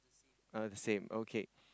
oh the same okay